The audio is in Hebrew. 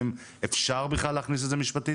האם אפשר בכלל להכניס את זה משפטית?